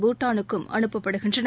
பூட்டானுக்கும் அனுப்பப்படுகின்றன